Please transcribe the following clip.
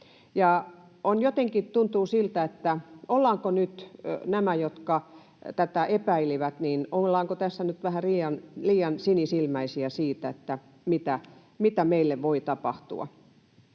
tuntuu siltä, että ollaanko nyt — nämä, jotka tätä epäilivät — vähän liian sinisilmäisiä siinä, mitä meille voi tapahtua.